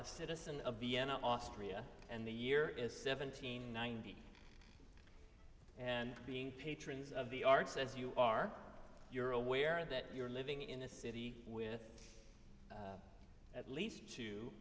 a citizen of vienna austria and the year is seventeen nineteen and being patrons of the arts as you are you're aware that you're living in a city with at least t